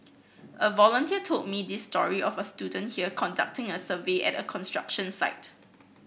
a volunteer told me this story of a student here conducting a survey at a construction site